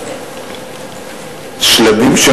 שלדים,